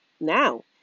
now